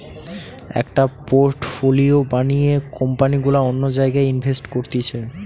একটা পোর্টফোলিও বানিয়ে কোম্পানি গুলা অন্য জায়গায় ইনভেস্ট করতিছে